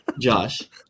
Josh